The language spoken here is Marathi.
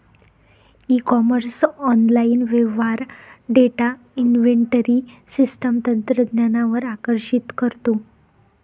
ई कॉमर्स ऑनलाइन व्यवहार डेटा इन्व्हेंटरी सिस्टम तंत्रज्ञानावर आकर्षित करतो